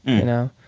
you know?